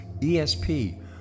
ESP